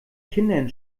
kindern